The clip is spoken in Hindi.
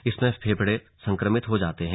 इसमें फेफड़े संक्रमित हो जाते है